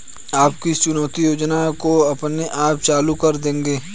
आप किस चुकौती योजना को अपने आप चालू कर देंगे?